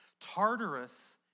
Tartarus